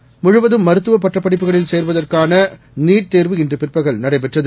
நாடுமுழுவதும்மருத்துவப்பட்டப்படிப்புகளில்சேருவதற்கா னநீட்தேர்வு இன்றுபிற்பகல்நடைபெற்றது